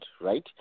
right